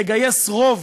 לגייס רוב